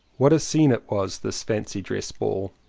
what a scene it was, this fancy dress ball!